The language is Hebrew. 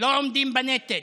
לא עומדים בנטל.